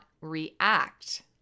react